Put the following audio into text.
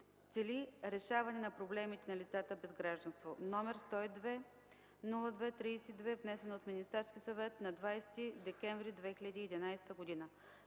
(цели решаване на проблемите на лицата без гражданство), № 102-02-32, внесен от Министерския съвет на 20 декември 2011 г.